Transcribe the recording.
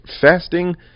fasting